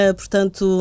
portanto